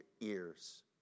ears